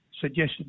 suggested